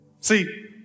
See